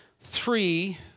Three